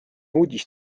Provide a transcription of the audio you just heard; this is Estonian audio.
uudis